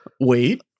wait